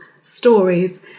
stories